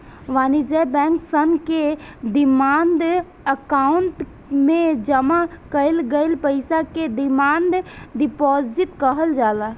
वाणिज्य बैंक सन के डिमांड अकाउंट में जामा कईल गईल पईसा के डिमांड डिपॉजिट कहल जाला